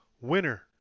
Winner